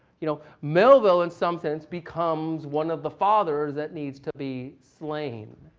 you know, melville, in some sense, becomes one of the fathers that needs to be slain.